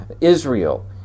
Israel